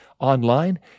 online